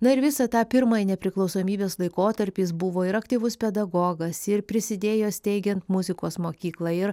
na ir visą tą pirmąjį nepriklausomybės laikotarpį jis buvo ir aktyvus pedagogas ir prisidėjo steigiant muzikos mokyklą ir